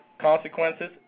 consequences